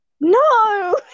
No